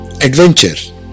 Adventure